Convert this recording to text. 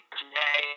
today